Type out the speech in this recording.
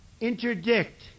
interdict